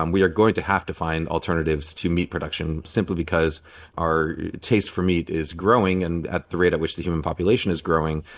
um we are going to have to find alternatives to meat production simply because our taste for meat is growing and at the rate at which the human population is growing,